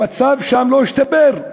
המצב שם לא השתפר,